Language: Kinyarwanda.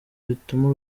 bituma